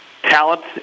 Talent